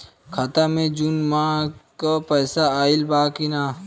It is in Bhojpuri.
खाता मे जून माह क पैसा आईल बा की ना?